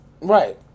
Right